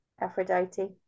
Aphrodite